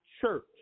church